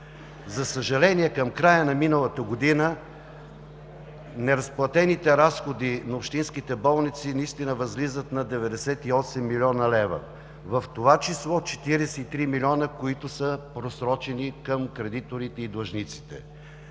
За съжаление, към края на миналата година неразплатените разходи на общинските болници наистина възлизат на 98 млн. лв., в това число 43 млн. лв., които са просрочени към кредиторите и длъжниците,